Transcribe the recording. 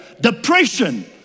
depression